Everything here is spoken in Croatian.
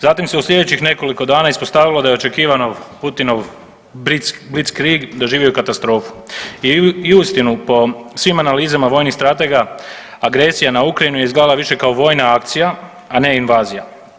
Zatim se u sljedećih nekoliko dana ispostavilo da je očekivanov Putinov blitzkrieg doživio katastrofu u uistinu, po svim analizama vojnih stratega, agresija na Ukrajinu je izgledala više kao vojna akcija a ne invazija.